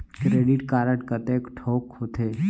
Credit card कतेक ठोक होथे?